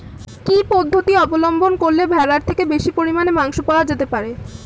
কি পদ্ধতিতে অবলম্বন করলে ভেড়ার থেকে বেশি পরিমাণে মাংস পাওয়া যেতে পারে?